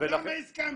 למה הסכמתם?